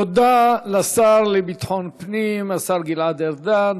תודה לשר לביטחון פנים, השר גלעד ארדן.